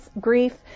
grief